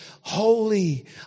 holy